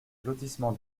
lotissement